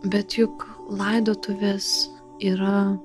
bet juk laidotuvės yra